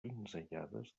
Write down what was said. pinzellades